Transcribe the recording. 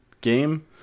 game